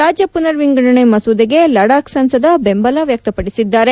ರಾಜ್ಯ ಪುನರ್ ವಿಂಗಡಣೆ ಮಸೂದೆಗೆ ಲಡಾಖ್ ಸಂಸದ ಬೆಂಬಲ ವ್ಯಕ್ತಪಡಿಸಿದ್ದಾರೆ